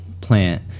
plant